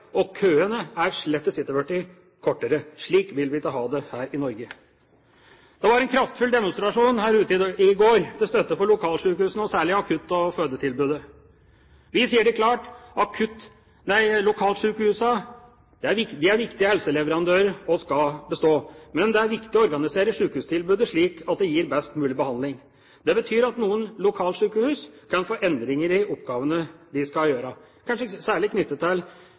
og køene har slett ikke blitt kortere. Slik vil vi ikke ha det her i Norge. Det var en kraftfull demonstrasjon her ute i går til støtte for lokalsykehusene og særlig akutt- og fødetilbudet. Vi sier det klart: Lokalsykehusene er viktige helseleverandører og skal bestå, men det er viktig å organisere sykehustilbudet slik at det gir best mulig behandling. Det betyr at noen lokalsykehus kan få endringer i oppgavene de skal gjøre, kanskje særlig knyttet til